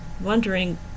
wondering